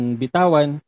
bitawan